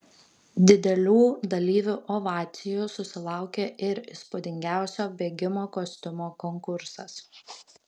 didelių dalyvių ovacijų susilaukė ir įspūdingiausio bėgimo kostiumo konkursas